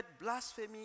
Blasphemy